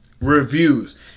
reviews